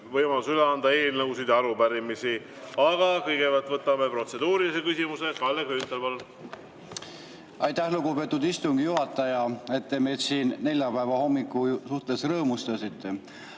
võimalus üle anda eelnõusid ja arupärimisi. Aga kõigepealt võtame protseduurilise küsimuse. Kalle Grünthal, palun! Aitäh, lugupeetud istungi juhataja, et te meid siin neljapäeva hommiku suhtes rõõmustasite!